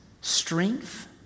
strength